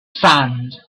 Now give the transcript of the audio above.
sand